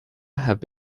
have